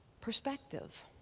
perspective.